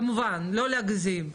בגבולות הגזרה כמובן, לא להגזים.